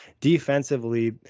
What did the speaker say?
defensively